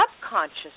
subconscious